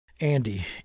Andy